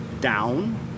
down